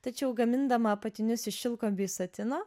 tačiau gamindama apatinius iš šilko bei satino